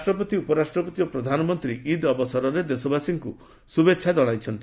ରାଷ୍ଟ୍ରପତି ଉପରାଷ୍ଟ୍ରପତି ଓ ପ୍ରଧାନମନ୍ତ୍ରୀ ଇଦ୍ ଅବସରରେ ଦେଶବାସୀଙ୍କୁ ଶୁଭେଚ୍ଛା ଜଣାଇଛନ୍ତି